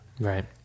Right